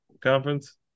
conference